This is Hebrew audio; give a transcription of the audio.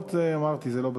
מחמאות, אמרתי, זה לא בזמן.